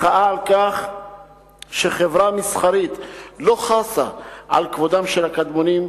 מחאה על כך שחברה מסחרית לא חסה על כבודם של הקדמונים,